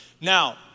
Now